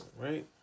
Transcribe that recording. right